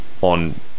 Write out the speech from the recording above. on